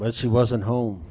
but she wasn't home